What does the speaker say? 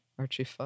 Archie